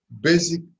basic